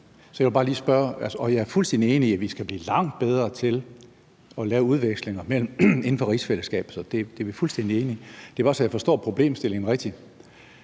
i historien om Nivi, og jeg er fuldstændig enig i, at vi skal blive langt bedre til at lave udvekslinger inden for rigsfællesskabet. Så det er vi fuldstændig enige i. For at sikre, at jeg forstår problemstillingen rigtigt,